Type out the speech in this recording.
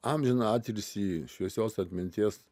amžiną atilsį šviesios atminties